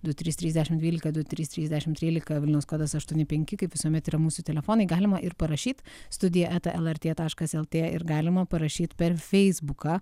du trys trys dešimt dvylika du trys trys dešimt trylika vilnius kodas aštuoni penki kaip visuomet yra mūsų telefonai galima ir parašyt studija eta lrt taškas lt ir galima parašyt per feisbuką